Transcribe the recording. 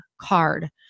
card